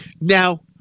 Now